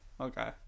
Okay